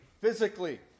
physically